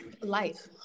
life